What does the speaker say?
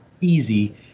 easy